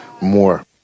more